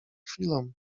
chwilą